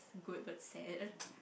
good but sad